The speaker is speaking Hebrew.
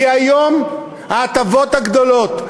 כי היום ההטבות הגדולות,